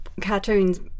Cartoons